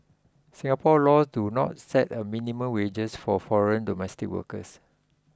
Singapore laws do not set a minimum wages for foreign domestic workers